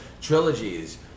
Trilogies